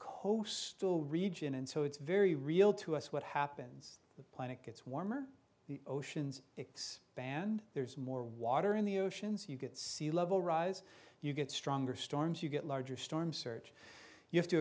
coastal region and so it's very real to us what happens the planet gets warmer the oceans x band there's more water in the oceans you get sea level rise you get stronger storms you get larger storms search you have to